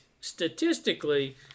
Statistically